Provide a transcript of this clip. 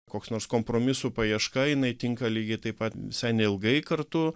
koks nors kompromisų paieška jinai tinka lygiai taip pat visai neilgai kartu